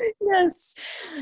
Yes